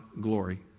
glory